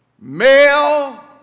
male